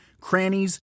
crannies